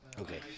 Okay